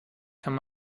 kann